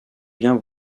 bien